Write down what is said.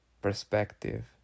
perspective